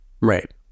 right